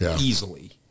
easily